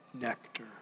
nectar